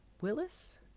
Willis